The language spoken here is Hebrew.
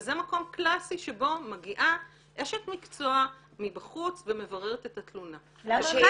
וזה מקום קלאסי שבו מגיעה אשת מקצוע מבחוץ ומבררת את התלונה --- יש